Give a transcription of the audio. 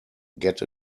get